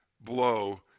blow